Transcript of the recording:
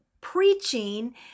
preaching